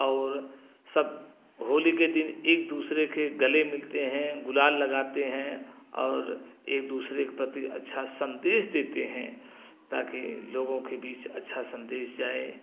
और सब होली के दिन एक दूसरे के गले मिलते हैं गुलाल लगाते हैं और एक दूसरे के प्रति अच्छा संदेश देते हैं ताकि लोगों के बीच अच्छा संदेश जाए